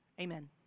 amen